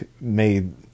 made